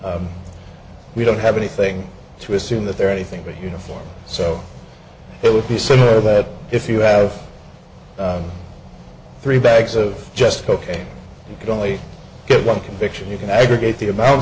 we don't have anything to assume that they're anything but uniform so it would be similar that if you have three bags of just coke you could only get one conviction you can aggregate the amount